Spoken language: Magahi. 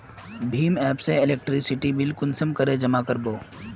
भीम एप से इलेक्ट्रिसिटी बिल कुंसम करे जमा कर बो?